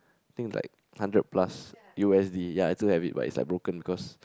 think like hundred plus U_S_D ya its a bit but like broken cause